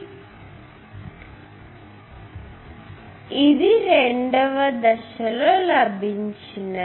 కాబట్టి ఇది రెండవ దశలో లభించింది